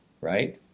right